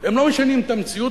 הם לא משנים את המציאות,